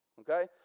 okay